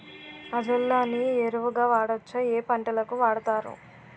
Azolla ని ఎరువు గా వాడొచ్చా? ఏ పంటలకు వాడతారు?